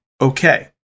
okay